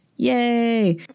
Yay